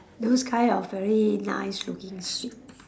those kind of very nice looking swing